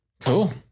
Cool